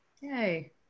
Yay